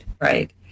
right